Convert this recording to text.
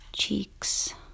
cheeks